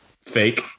fake